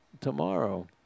tomorrow